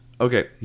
Okay